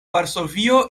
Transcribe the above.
varsovio